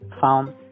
found